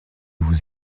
vous